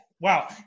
Wow